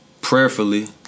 prayerfully